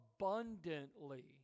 abundantly